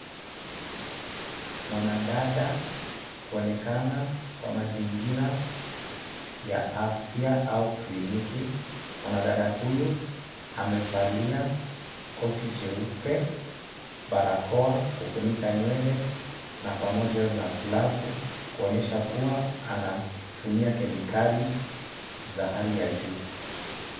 Mwanadada kuonekana kwa mazingira ya afya au kliniki, mwanadada huyu amevalia koti jeupe, barakoa ,kufunika nywele na pamoja na glavu kuonyesha kuwa anatumia kemikali za hali ya juu.